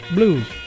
Blues